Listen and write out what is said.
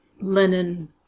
linen